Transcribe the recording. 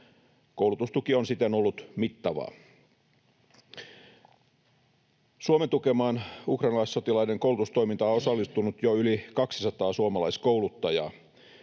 Koulutustuki on siten ollut mittavaa. Suomen tukemaan ukrainalaissotilaiden koulutustoimintaan on osallistunut jo yli 200 suomalaiskouluttajaa.